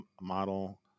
model